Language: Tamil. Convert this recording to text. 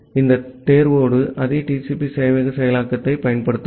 இந்தத் தேர்வோடு அதே TCP சேவையக செயலாக்கத்தைப் பயன்படுத்துவோம்